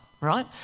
right